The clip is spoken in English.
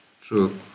True